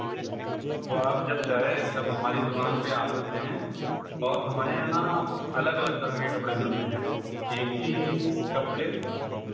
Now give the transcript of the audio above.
तो आप जब चाहे तब हमारी दुकान पे आ सकते हैं और हमारे यहाँ अलग अलग तरह के कपड़े मिलते हैं एक ही कपड़े